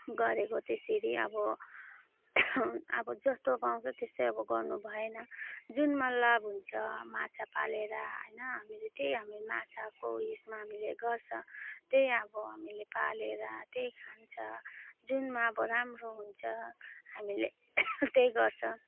गरेको त्यसरी अब अब जस्तो पाउँछ त्यस्तै अब गर्नुभएन जुनमा लाभ हुन्छ माछा पालेर होइन हामीले त्यही हामीले माछाको यसमा हामीले गर्छ त्यही अब हामीले पालेर त्यही खान्छ जुनमा अब राम्रो हुन्छ हामीले त्यही गर्छ